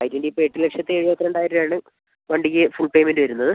I twenty ഇപ്പം എട്ട് ലക്ഷത്തി എഴുപത്തിരണ്ടായിരം രൂപയാണ് വണ്ടിക്ക് ഫുൾ പേയ്മെന്റ് വരുന്നത്